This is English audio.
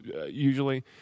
usually